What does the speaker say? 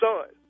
son